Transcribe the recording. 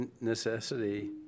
necessity